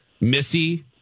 Missy